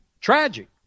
tragic